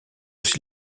aussi